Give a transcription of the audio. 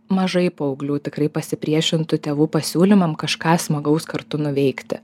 mažai paauglių tikrai pasipriešintų tėvų pasiūlymam kažką smagaus kartu nuveikti